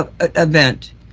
event